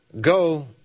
go